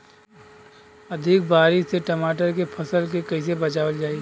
अधिक बारिश से टमाटर के फसल के कइसे बचावल जाई?